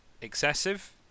excessive